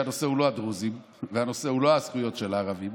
שהנושא הוא לא הדרוזים והנושא הוא לא הזכויות של הערבים.